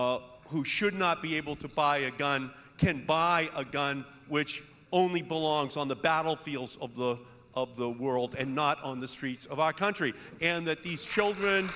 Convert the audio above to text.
who should not be able to buy a gun can buy a gun which only belongs on the battlefields of the of the world and not on the streets of our country and that these children